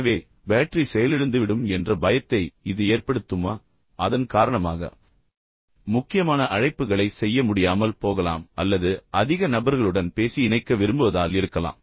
எனவே பேட்டரி செயலிழந்துவிடும் என்ற பயத்தை இது ஏற்படுத்துமா அதன் காரணமாக முக்கியமான அழைப்புகளைச் செய்ய முடியாமல் போகலாம் அல்லது அதிக நபர்களுடன் பேசி இணைக்க விரும்புவதால் இருக்கலாம்